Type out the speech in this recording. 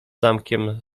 zamkiem